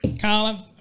Colin